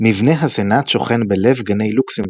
מבנה הסנאט שוכן בלב גני לוקסמבורג,